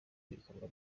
ibikorwa